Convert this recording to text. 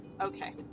okay